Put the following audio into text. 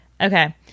Okay